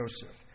Joseph